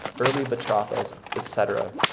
early betrothals, etc.